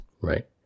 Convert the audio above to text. Right